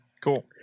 Cool